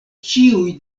ĉiuj